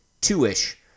two-ish